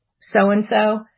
so-and-so